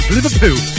Liverpool